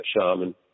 shaman